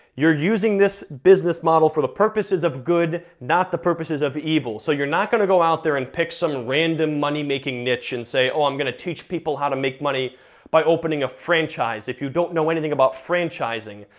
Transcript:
you're using this business model for the purposes of good, not the purposes of evil, so you're not gonna go out there and pick some random money making niche, and say, oh, i'm gonna teach people how to make money by opening a franchise, if you don't know anything about franchising.